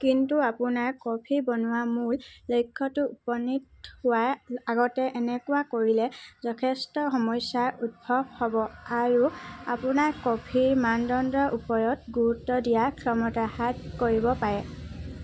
কিন্তু অপোনাৰ কফি বনোৱা মূল লক্ষ্যটোত উপনীত হোৱাৰ আগতে এনেকুৱা কৰিলে যথেষ্ট সমস্যাৰ উদ্ভৱ হ'ব আৰু অপোনাৰ কফিৰ মানদণ্ডৰ ওপৰত গুৰুত্ব দিয়াৰ ক্ষমতা হ্ৰাস কৰিব পাৰে